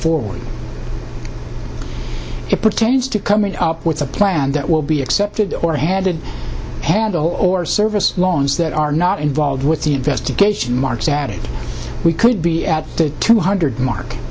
forward it pertains to coming up with a plan that will be accepted or handed handle or service lawns that are not involved with the investigation marks added we could be at the two hundred mark